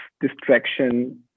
distraction